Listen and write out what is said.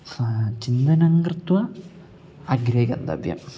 सः चिन्तनं कृत्वा अग्रे गन्तव्यम्